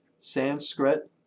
Sanskrit